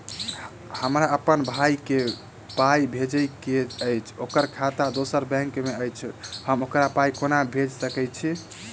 हमरा अप्पन भाई कऽ पाई भेजि कऽ अछि, ओकर खाता दोसर बैंक मे अछि, हम ओकरा पाई कोना भेजि सकय छी?